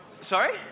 Sorry